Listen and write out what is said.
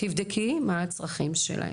תבדקי מה הצרכים שלהם.